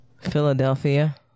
Philadelphia